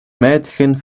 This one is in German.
mädchen